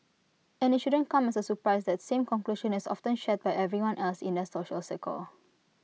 and IT shouldn't come as A surprise that same conclusion is often shared by everyone else in their social circle